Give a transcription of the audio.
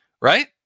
right